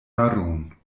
maron